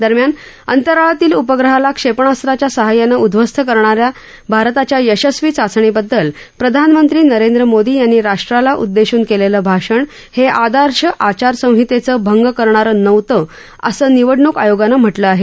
दरम्यान अंतराळातील उपग्रहाला क्षेपणास्त्राच्या सहाय्याने उध्वस्त करणाऱ्या भारताच्या यशस्वी चाचणीबद्दल प्रधानमंत्री नरेंद्र मोदी यांनी राष्ट्राला उद्देशून केलेले भाषण हे आदर्श आचारसंहितेचा भंग करणारं नव्हतं असं निवडणूक आयोगानं म्हटलं आहे